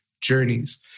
journeys